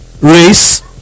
race